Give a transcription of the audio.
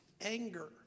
anger